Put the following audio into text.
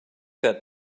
that